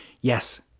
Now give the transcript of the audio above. Yes